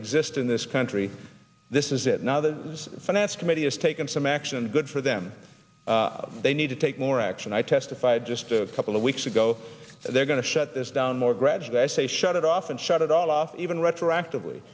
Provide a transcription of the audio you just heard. exist in this country this is it now those finance committee has taken some action and good for them they need to take more action i testified just a couple of weeks ago they're going to shut this down more gradual i say shut it off and shut it all off even retroactive